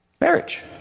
Marriage